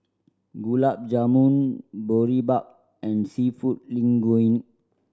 Gulab Jamun Boribap and Seafood Linguine